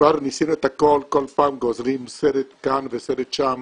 ניסינו את הכול, כל פעם גוזרים סרט כאן וסרט שם,